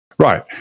Right